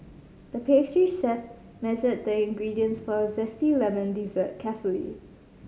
the pastry chef measured the ingredients for a zesty lemon dessert carefully